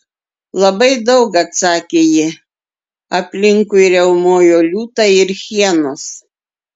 labai daug atsakė ji aplinkui riaumojo liūtai ir hienos